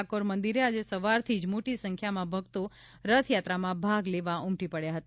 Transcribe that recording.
ડાકોર મંદિરે આજે સવારથી જ મોટી સંખ્યામાં ભક્તો રથયાત્રામાં ભાગ લેવા ઉમટી પડ્યા હતા